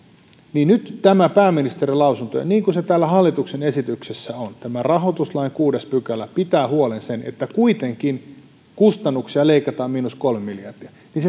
ja nyt tämän pääministerin lausunnon mukaan ja niin kuin se täällä hallituksen esityksessä on tämä rahoituslain kuudes pykälä pitää huolen siitä kuitenkin kustannuksia leikataan miinus kolme miljardia niin